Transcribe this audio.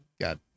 got